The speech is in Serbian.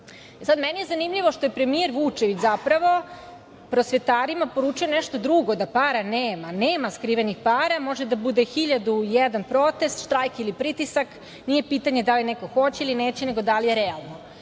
itd. Meni je zanimljivo što je premijer Vučević prosvetarima poručio nešto drugo – da para nema, nema skrivenih para, može da bude hiljadu i jedan protest, štrajk ili pritisak. Nije pitanje da li neko hoće ili neće, nego da li je realno. Sada